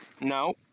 No